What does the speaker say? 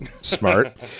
Smart